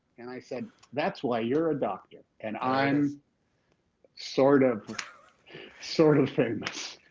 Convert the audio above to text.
and i said, that's why you're a doctor and i'm sort of sort of famous.